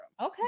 Okay